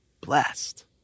blessed